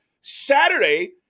Saturday –